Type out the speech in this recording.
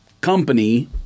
company